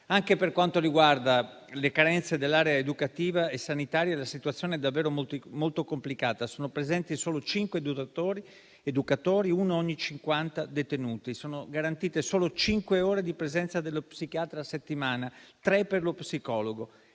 Anche per quanto riguarda le carenze dell'area educativa e sanitaria, la situazione è davvero molto complicata. Sono presenti solo cinque educatori, uno ogni 50 detenuti. Sono garantite solo cinque ore di presenza dello psichiatra a settimana, tre per lo psicologo: